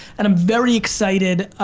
and i'm very excited.